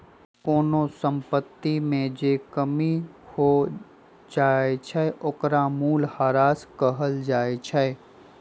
कोनो संपत्ति में जे कमी हो जाई छई ओकरा मूलहरास कहल जाई छई